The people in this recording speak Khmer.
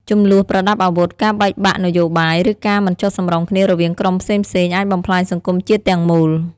ជម្លោះប្រដាប់អាវុធ ការបែកបាក់នយោបាយ ឬការមិនចុះសម្រុងគ្នារវាងក្រុមផ្សេងៗ អាចបំផ្លាញសង្គមជាតិទាំងមូល។